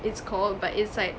it's called but it's like